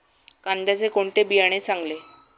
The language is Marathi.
कांद्याचे कोणते बियाणे चांगले?